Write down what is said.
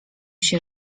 się